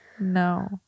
no